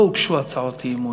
לא הוגשו הצעות אי-אמון